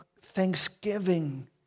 thanksgiving